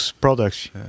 products